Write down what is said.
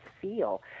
feel